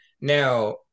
Now